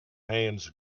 hands